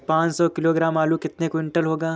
पाँच सौ किलोग्राम आलू कितने क्विंटल होगा?